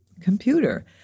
computer